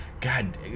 God